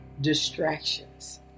distractions